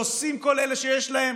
מה עושות ועושים כל אלה שיש להם